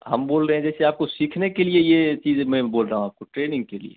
हम बोल रहे हैं जैसे आपको सीखने के लिए यह चीज़ में बोल रहा हूँ आपको ट्रेनिंग के लिए